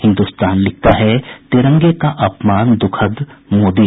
हिन्दुस्तान लिखता है तिरंगे का अपमान दुःखद मोदी